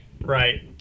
Right